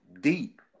deep